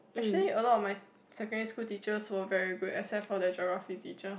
actually a lot of my secondary school teachers were very good except for that geography teacher